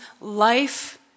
life